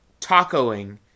tacoing